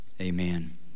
amen